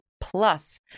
Plus